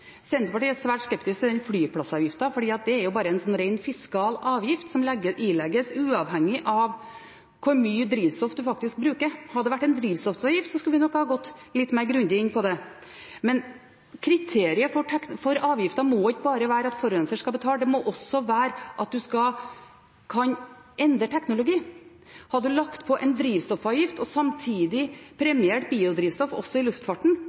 Senterpartiet er svært skeptisk til flyplassavgiften, for det er bare en ren fiskal avgift som ilegges uavhengig av hvor mye drivstoff man faktisk bruker. Hadde det vært en drivstoffavgift, skulle vi nok ha gått mer grundig inn på det. Kriteriet for avgiften må ikke bare være at forurenser skal betale. Det må også være at man kan endre teknologi. Hadde man lagt på en drivstoffavgift og samtidig premiert biodrivstoff også